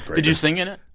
did you sing in it?